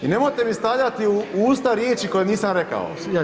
I nemojte mi stavljati u usta riječi koje nisam rekao.